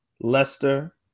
Leicester